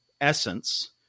essence